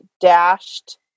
dashed